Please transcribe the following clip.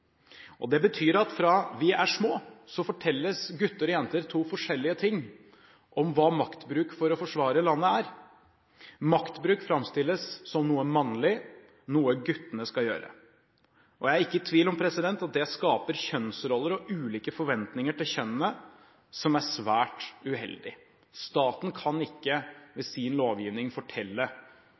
Norge. Det betyr at fra vi er små fortelles gutter og jenter to forskjellige ting om hva maktbruk for å forsvare landet er. Maktbruk framstilles som noe mannlig, noe guttene skal gjøre. Jeg er ikke i tvil om at det skaper kjønnsroller og ulike forventninger til kjønnene som er svært uheldig. Staten kan ikke ved sin lovgivning fortelle